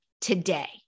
today